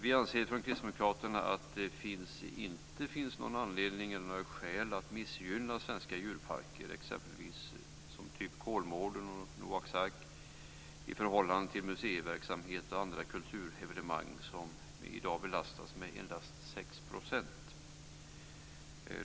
Vi anser från Kristdemokraterna att det inte finns några skäl att missgynna svenska djurparker, typ Kolmården och Noaks Ark, i förhållande till museiverksamhet och andra kulturevenemang som i dag belastas med endast 6 % moms.